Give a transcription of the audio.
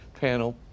panel